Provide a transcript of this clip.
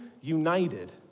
united